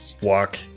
walk